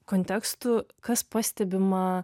kontekstų kas pastebima